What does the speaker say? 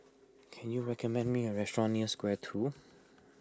can you recommend me a restaurant near Square two